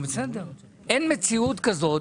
אין מציאות כזאת,